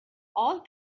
all